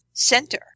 center